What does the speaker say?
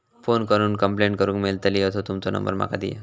Phone करून complaint करूक मेलतली असो तुमचो नंबर माका दिया?